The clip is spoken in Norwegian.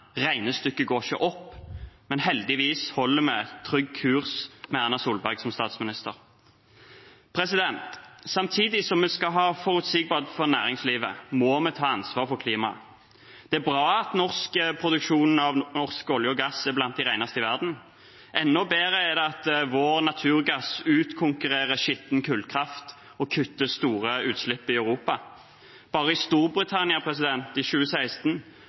regnestykket går ikke opp. Heldigvis holder vi trygg kurs med Erna Solberg som statsminister. Samtidig som vi skal ha forutsigbarhet for næringslivet, må vi ta ansvar for klimaet. Det er bra at produksjonen av norsk olje og gass er blant den reneste i verden. Enda bedre er det at vår naturgass utkonkurrerer skitten kullkraft og kutter store utslipp i Europa. Bare i Storbritannia bidro vi i 2016